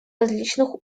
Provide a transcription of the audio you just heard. различных